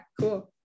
cool